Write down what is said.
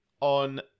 on